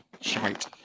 shite